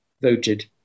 voted